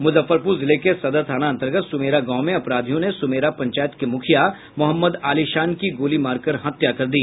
मुजफ्फरपुर जिले के सदर थाना अंतर्गत सुमेरा गांव में अपराधियों ने सुमेरा पंचायत के मुखिया मोहम्म्द आलीशान की गोली मारकर हत्या कर दी